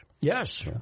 Yes